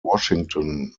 washington